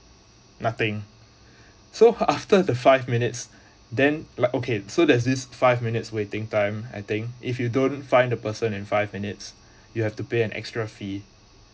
nothing so after the five minutes then like okay so there's this five minutes waiting time I think if you don't find the person in five minutes you have to pay an extra fee